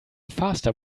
faster